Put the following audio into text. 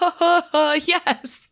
Yes